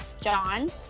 John